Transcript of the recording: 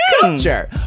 culture